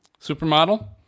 Supermodel